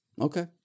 Okay